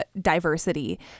diversity